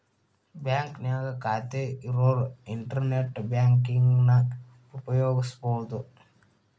ಬಾಂಕ್ನ್ಯಾಗ ಖಾತೆ ಇರೋರ್ ಇಂಟರ್ನೆಟ್ ಬ್ಯಾಂಕಿಂಗನ ಉಪಯೋಗಿಸಬೋದು